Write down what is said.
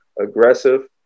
aggressive